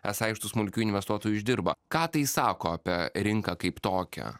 esą iš tų smulkių investuotojų uždirba ką tai sako apie rinką kaip tokią